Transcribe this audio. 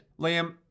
Liam